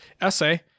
essay